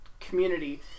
community